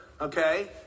Okay